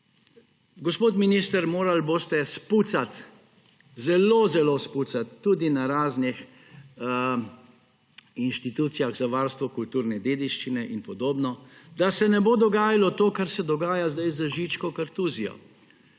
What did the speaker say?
gospod minister, morali boste spucati, zelo zelo spucati tudi na raznih institucijah za varstvo kulturne dediščine in podobno, da se ne bo dogajalo to, kar se dogaja sedaj z Žičko kartuzijo.